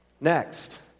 Next